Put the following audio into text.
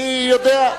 אני יודע,